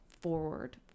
forward